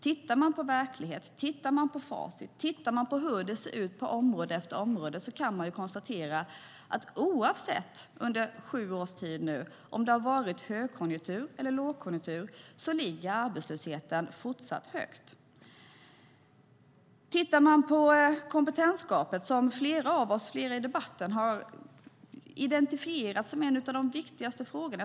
Tittar man på verkligheten, tittar man på facit, tittar man på hur det ser ut på område efter område kan man konstatera att oavsett om det under sju års tid nu har varit högkonjunktur eller lågkonjunktur ligger arbetslösheten fortsatt högt. Kompetensgapet har av flera i debatten identifierats som en av de viktigaste frågorna.